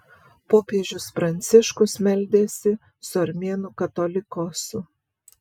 popiežius pranciškus meldėsi su armėnų katolikosu